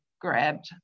grabbed